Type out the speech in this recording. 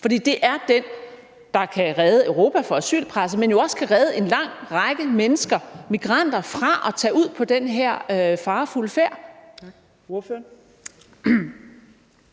for det er den, der kan redde Europa for asylpresset, men jo også kan redde en lang række mennesker, migranter, fra at tage ud på den her farefulde færd.